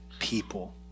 People